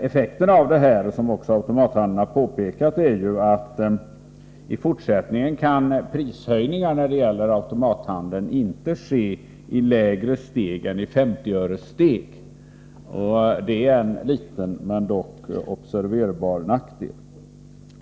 Effekterna av den föreslagna förändringen är, såsom också automathandeln har påpekat, att prishöjningar när det gäller automathandeln i fortsättningen inte kan ske i lägre steg än 50-öressteg. Det är en liten men observerbar nackdel.